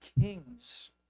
kings